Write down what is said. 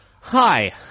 hi